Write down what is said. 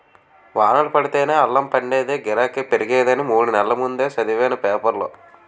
వానలు పడితేనే అల్లం పండేదీ, గిరాకీ పెరిగేది అని మూడు నెల్ల ముందే సదివేను పేపరులో